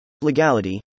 Legality